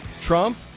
Trump